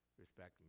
respect